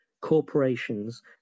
corporations